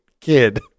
kid